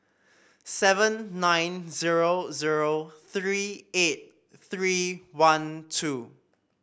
seven nine zero zero three eight three one two